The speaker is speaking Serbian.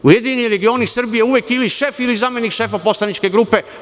Kod Ujedinjenih regiona Srbije uvek je dama ili šef ili zamenik šefa poslaničke grupe.